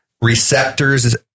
receptors